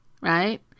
right